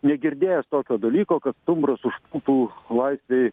negirdėjęs tokio dalyko kad stumbras užpultų laisvėj